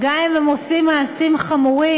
גם אם הם עושים מעשים חמורים,